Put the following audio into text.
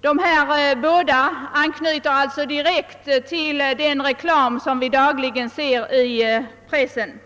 Dessa båda affischers texter anknyter alltså direkt till den reklam som vi dagligen ser i pressen.